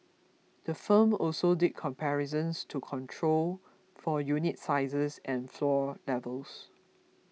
the firm also did comparisons to control for unit sizes and floor levels